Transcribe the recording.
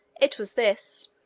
it was this.